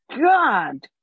God